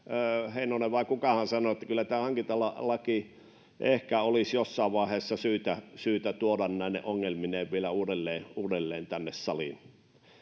heinonen vai kukahan sanoi että kyllä tämä hankintalaki ehkä olisi jossain vaiheessa syytä syytä tuoda näine ongelmineen vielä uudelleen uudelleen tänne saliin